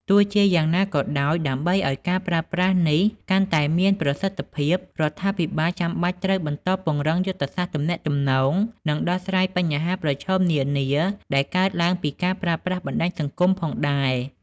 ទោះជាយ៉ាងណាក៏ដោយ ដើម្បីឱ្យការប្រើប្រាស់នេះកាន់តែមានប្រសិទ្ធភាព រដ្ឋាភិបាលចាំបាច់ត្រូវបន្តពង្រឹងយុទ្ធសាស្ត្រទំនាក់ទំនង និងដោះស្រាយបញ្ហាប្រឈមនានាដែលកើតឡើងពីការប្រើប្រាស់បណ្ដាញសង្គមផងដែរ។